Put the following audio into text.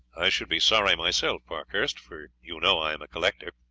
i should be sorry myself, parkhurst, for you know i am a collector.